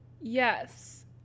Yes